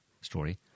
story